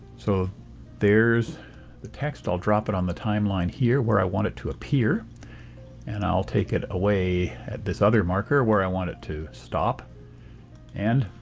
so there's the text. i'll drop it on the timeline here where i want it to appear and i'll take it away at this other marker where i want it to stop and